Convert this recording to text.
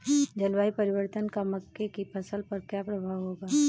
जलवायु परिवर्तन का मक्के की फसल पर क्या प्रभाव होगा?